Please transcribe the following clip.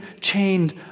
chained